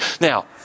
Now